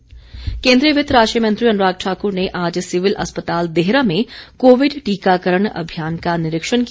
अनुराग केंद्रीय वित्त राज्य मंत्री अनुराग ठाक्र ने आज सीविल अस्पताल देहरा में कोविड टीकाकरण अभियान का निरीक्षण किया